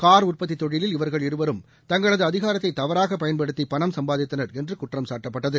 car உற்பத்தி தொழிலில் இவர்கள் இருவரும் தங்களது அதிகாரத்தை தவறாக பயன்டுத்தி பணம் சம்பாதித்தனர் என்று குற்றம்சாட்டப்பட்டது